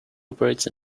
operates